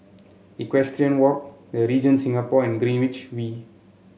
Equestrian Walk The Regent Singapore and Greenwich V